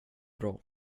bra